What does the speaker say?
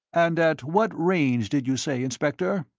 and at what range did you say, inspector?